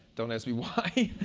don't ask me why.